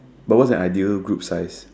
but what is an ideal group size